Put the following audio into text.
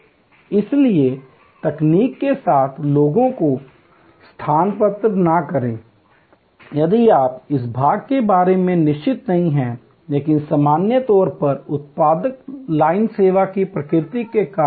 इसलिए तकनीक के साथ लोगों को स्थानापन्न न करें यदि आप इस भाग के बारे में निश्चित नहीं हैं लेकिन सामान्य तौर पर उत्पादन लाइन सेवा की प्रकृति के कारण